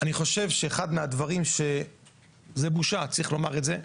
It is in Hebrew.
אני חושב שאחד מהדברים שזה בושה, צריך לומר את זה,